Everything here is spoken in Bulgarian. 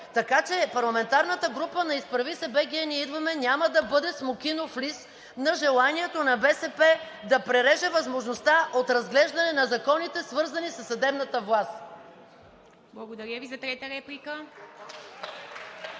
Така че парламентарната група на „Изправи се БГ! Ние идваме!“ няма да бъде смокинов лист на желанието на БСП да пререже възможността от разглеждане на законите, свързани със съдебната власт. (Ръкопляскания от ИБГНИ.)